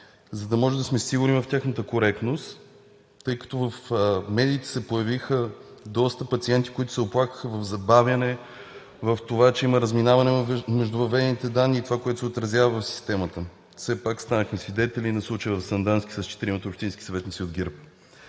за да може да сме сигурни в тяхната коректност, тъй като в медиите се появиха доста пациенти, които се оплакаха в забавяне, в това, че има разминаване между въведените данни и това, което се отразява в системата? Все пак станахме свидетели на случая в Сандански с четиримата общински съветници от ГЕРБ.